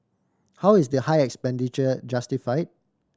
how is the high expenditure justify